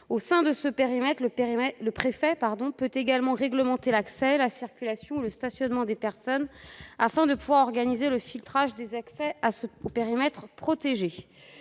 ce périmètre, le périmètre, le préfet pardon peut également réglementer l'accès, la circulation, le stationnement des personnes afin de pouvoir organiser le filtrage des accès à ce périmètre protégé